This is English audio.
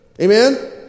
Amen